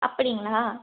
அப்படிங்களா